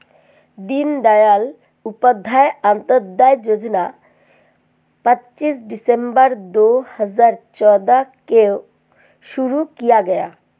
दीन दयाल उपाध्याय अंत्योदय योजना पच्चीस सितम्बर दो हजार चौदह को शुरू किया गया